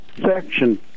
section